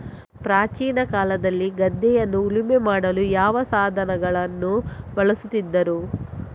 ಪ್ರಾಚೀನ ಕಾಲದಲ್ಲಿ ಗದ್ದೆಯನ್ನು ಉಳುಮೆ ಮಾಡಲು ಯಾವ ಸಾಧನಗಳನ್ನು ಬಳಸುತ್ತಿದ್ದರು?